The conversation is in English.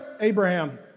Abraham